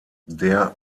der